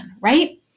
right